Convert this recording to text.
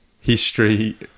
history